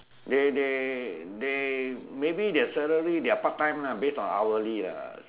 they they they maybe their salary their part time ah based on hourly ah